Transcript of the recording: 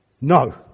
No